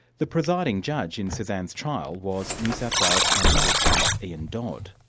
the presiding judge in cesan's trial was new south wales county court judge, ian dodd.